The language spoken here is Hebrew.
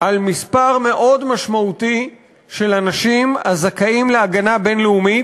על מספר מאוד משמעותי של אנשים הזכאים להגנה בין-לאומית,